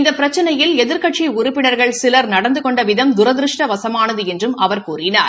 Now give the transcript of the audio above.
இந்த பிரச்சினையில் எதிர்க்கடசி உறுப்பினர்கள் சிலர் நடந்து கொண்ட விதம் தூதிருஷ்டவசுமானது என்றும் அவர் கூறினார்